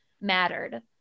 mattered